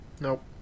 Nope